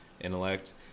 intellect